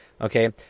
Okay